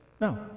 No